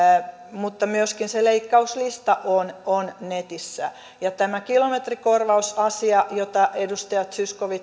mutta myöskin se leikkauslista on on netissä ja tämä kilometrikorvausasia jota edustaja zyskowicz